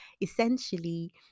essentially